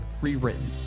rewritten